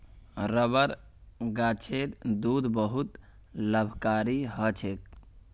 rubber गाछेर दूध बहुत लाभकारी ह छेक